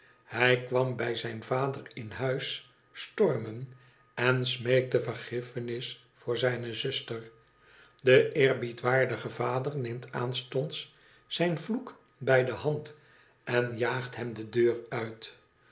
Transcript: hij kwam bij zijn vader in huis stormen en smeekte vergiffenis voor zijne zuster de eerbiedwaardige vader neemt aanstonds zijn vloek bij de hand en jaagt hem de deur uit